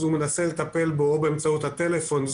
הוא מנסה לטפל בו או באמצעות הטלפון,